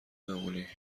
بمونی